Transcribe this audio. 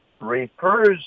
refers